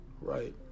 Right